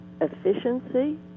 Efficiency